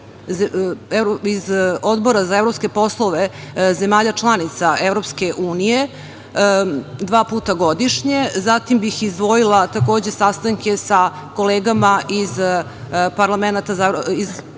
iz Odbora za evropske poslove zemalja članica EU dva puta godišnje. Zatim bih izdvojila sastanke sa kolegama iz parlamenata